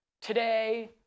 today